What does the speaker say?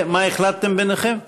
מה החלטתם ביניכם?